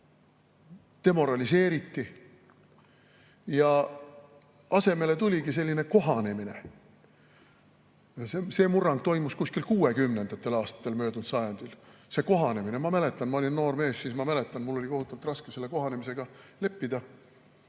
demoraliseeriti ja asemele tuli kohanemine. See murrang toimus kuskil 1960. aastatel, möödunud sajandil – see kohanemine. Ma mäletan, ma olin siis noor mees, ma mäletan, et mul oli kohutavalt raske selle kohanemisega leppida.